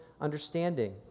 understanding